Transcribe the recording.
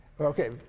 Okay